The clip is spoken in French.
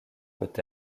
peut